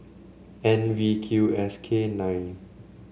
N V Q S K nine